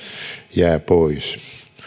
jäävät pois